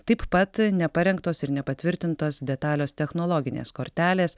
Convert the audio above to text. taip pat neparengtos ir nepatvirtintos detalios technologinės kortelės